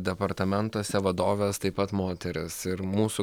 departamentuose vadovės taip pat moterys ir mūsų